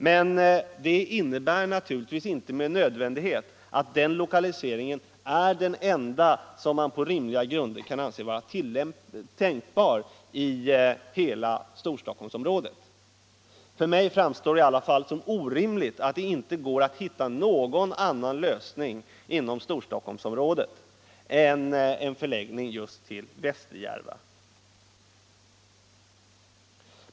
Men det innebär naturligtvis inte med nödvändighet att den lokaliseringen är den enda som man på rimliga grunder kan anse vara tänkbar i hela Storstockholmsområdet. För mig framstår det i alla fall som orimligt att det inte går att hitta någon annan lösning inom Storstockholmsområdet är en förläggning just till Västerjärva.